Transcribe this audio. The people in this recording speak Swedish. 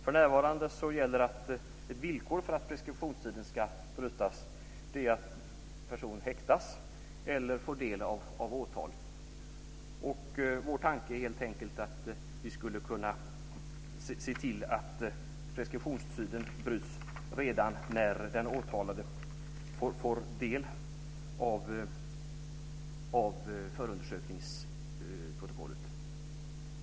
För närvarande är ett villkor för att preskriptionstiden ska brytas att en person häktas eller får del av åtal. Vår tanke är helt enkelt att vi skulle kunna se till att preskriptionstiden bryts redan när den åtalade får del av förundersökningsprotokollet.